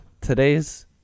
today's